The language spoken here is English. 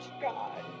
God